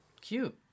Cute